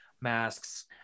masks